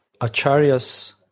Acharyas